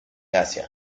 asia